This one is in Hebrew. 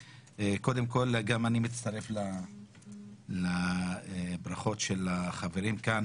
קודם כל גם אני מצטרף לברכות של החברים כאן